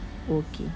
okay